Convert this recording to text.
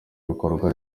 ibikorwa